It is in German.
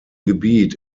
gebiet